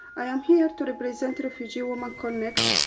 i am here to represent refugee women connect.